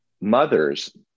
Mothers